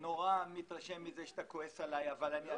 לא מדבר על זה שאנחנו נותנים מלט לעזה ואחר כך מפוצצים את המנהרות.